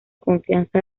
confianza